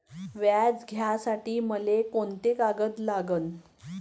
व्याज घ्यासाठी मले कोंते कागद लागन?